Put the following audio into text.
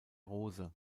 rose